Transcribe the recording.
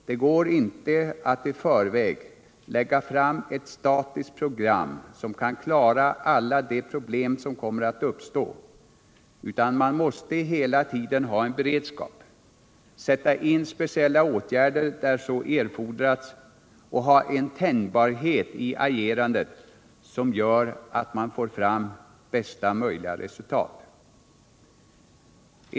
Det går inte att i förväg lägga fram ett statiskt program som kan klara alla de problem som kommer att uppstå, utan man måste hela tiden ha en beredskap, sätta in speciella åtgärder där så erfordras och ha en tänjbarhet i agerandet som gör att man får fram bästa möjliga resultat.